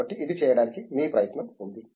కాబట్టి ఇది చేయడానికి మీ ప్రయత్నం ఉంది